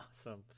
awesome